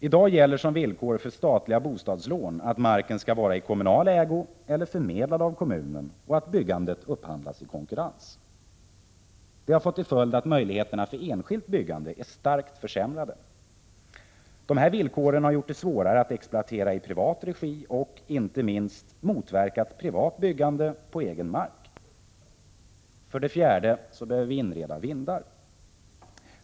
I dag gäller som Det har fått till följd att möjligheterna för enskilt byggande är starkt försämrade. Dessa villkor har gjort det svårare att exploatera i privat regi och, inte minst, motverkat privat byggande på egen mark. 4. Vi behöver inreda vindar.